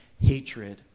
hatred